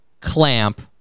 Clamp